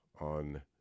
on